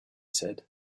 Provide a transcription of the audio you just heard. said